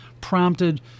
prompted